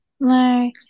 no